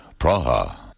Praha